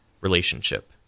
relationship